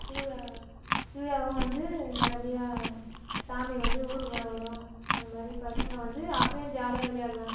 திருவிழா திருவிழாவும் வந்து நல்லபடியாக சாமி வந்து ஊர்கோலம் வரும் அது மாதிரி பசங்க வந்து அப்பயும் ஜாலியாக விளையாடலாம்